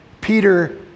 Peter